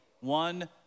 one